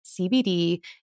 CBD